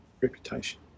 reputation